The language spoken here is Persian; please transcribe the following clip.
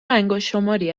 انگشتشماری